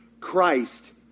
Christ